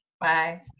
Bye